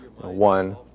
One